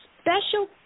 special